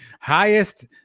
Highest